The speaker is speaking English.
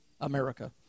America